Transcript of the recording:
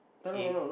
if